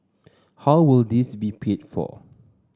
how would this be paid for